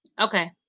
Okay